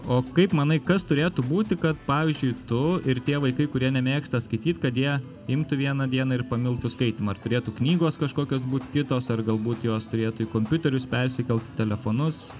o kaip manai kas turėtų būti kad pavyzdžiui tu ir tie vaikai kurie nemėgsta skaityt kad jie imtų vieną dieną ir pamiltų skaitymą ar turėtų knygos kažkokios būt kitos ar galbūt jos turėtų į kompiuterius persikelt į telefonus